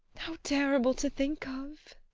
how terrible to think of!